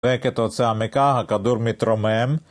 וכתוצאה מכך, הכדור מתרומם